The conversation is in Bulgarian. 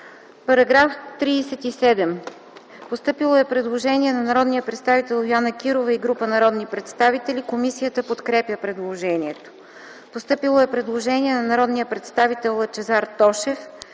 По § 37 е постъпило предложение от народния представител Йоанна Кирова и група народни представители. Комисията подкрепя предложението. Постъпило е предложение на народния представител Лъчезар Тошев